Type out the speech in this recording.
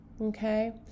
okay